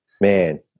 man